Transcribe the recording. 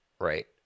right